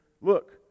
Look